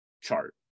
chart